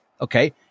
Okay